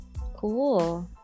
Cool